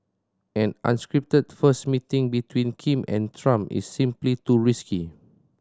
an unscripted first meeting between Kim and Trump is simply too risky